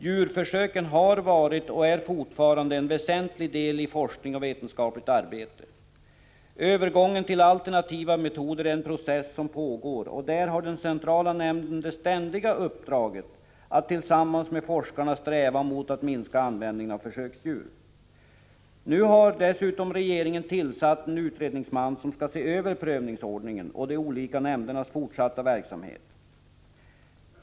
Djurförsöken har varit och är fortfarande en väsentlig del av forskning och vetenskapligt arbete. Övergången till alternativa metoder är en process som pågår, och där har den centrala nämnden det ständiga uppdraget att tillsammans med forskarna sträva mot att minska användningen av försöksdjur. Nu har dessutom regeringen tillsatt en utredningsman som skall se över prövningsordningen och de olika nämndernas fortsatta verksamhet.